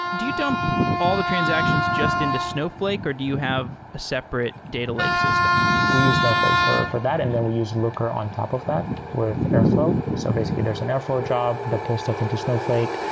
do you dump all the transactions just into snowflake or do you have a separate separate data lake system? we use snowflake for for that and then we use looker on top of that with airflow. so basically, there's an airflow job that pulls stuff into snowflake,